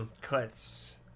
Cuts